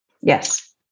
Yes